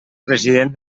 president